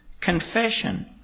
confession